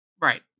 Right